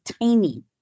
tiny